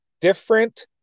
different